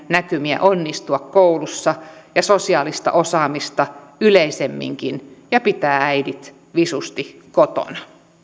näkymiä onnistua koulussa ja sosiaalista osaamista yleisemminkin ja pitää äidit visusti kotona